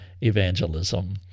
evangelism